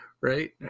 right